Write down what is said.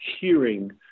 hearing